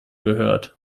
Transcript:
gehört